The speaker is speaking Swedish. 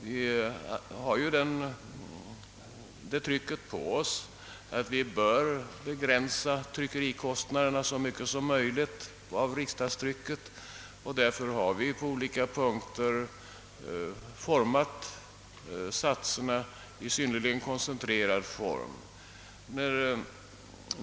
Vi har ju den pressen på oss att vi bör begränsa kostnaderna för riksdagstrycket så mycket som möjligt, och därför har vi på olika punkter format satserna i synnerligen koncentrerad form.